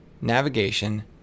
navigation